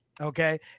okay